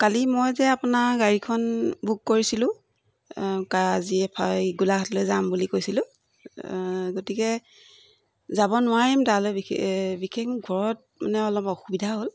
কালি মই যে আপোনাৰ গাড়ীখন বুক কৰিছিলোঁ কালি এই গোলাঘাটলৈ যাম বুলি কৈছিলোঁ গতিকে যাব নোৱাৰিম তালৈ বিশেষ বিশেষ ঘৰত মানে অলপ অসুবিধা হ'ল